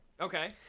okay